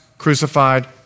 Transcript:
crucified